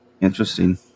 Interesting